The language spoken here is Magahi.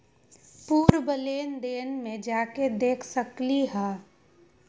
पूर्व लेन देन में जाके देखसकली ह?